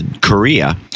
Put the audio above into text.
Korea